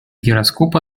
гироскопа